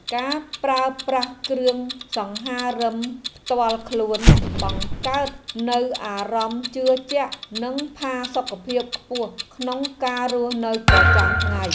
ការប្រើប្រាស់គ្រឿងសង្ហារិមផ្ទាល់ខ្លួនបង្កើតនូវអារម្មណ៍ជឿជាក់និងផាសុកភាពខ្ពស់ក្នុងការរស់នៅប្រចាំថ្ងៃ។